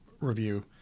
review